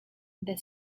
the